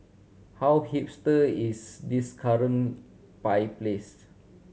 how hipster is this current pie place